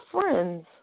friends